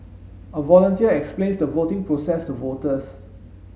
a volunteer explains the voting process to voters